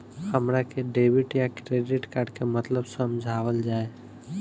हमरा के डेबिट या क्रेडिट कार्ड के मतलब समझावल जाय?